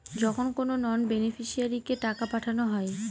যখন কোনো নন বেনিফিশিয়ারিকে টাকা পাঠানো হয়